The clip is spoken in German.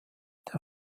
der